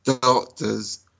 doctors